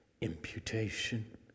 imputation